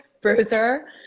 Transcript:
Bruiser